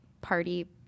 party